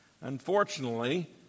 Unfortunately